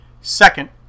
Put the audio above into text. Second